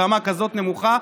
ברמה כזאת נמוכה,